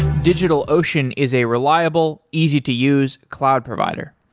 digitalocean is a reliable, easy to use cloud provider.